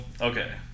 okay